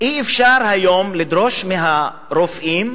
אי-אפשר היום לדרוש מהרופאים